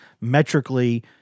metrically